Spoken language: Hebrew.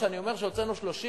תחשוב, כשאני אומר שהוצאנו 30,000,